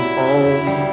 home